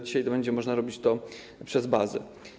Dzisiaj będzie można robić to przez bazę.